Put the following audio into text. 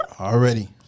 Already